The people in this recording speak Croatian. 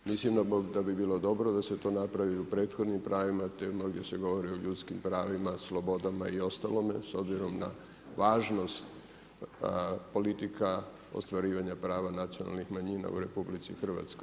Mislim da bi bilo dobro da se to napravi u prethodnim pravima, tema gdje se govori o ljudskim pravima, slobodama i ostalome, s obzirom na važnost politika ostvarivanja prava nacionalnih manjina u RH.